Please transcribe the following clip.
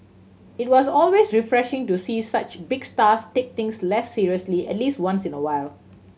it was always refreshing to see such big stars take things less seriously at least once in a while